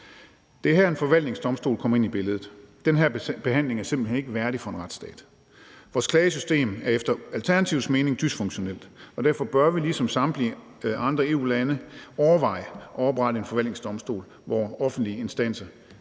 Det er her, en forvaltningsdomstol kommer ind i billedet. Den her behandling er simpelt hen ikke værdig for en retsstat. Vores klagesystem er efter Alternativets mening dysfunktionelt, og derfor bør vi ligesom samtlige andre EU-lande overveje at oprette en forvaltningsdomstol, hvor offentlige instanser